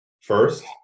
first